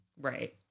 Right